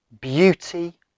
beauty